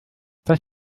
das